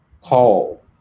Call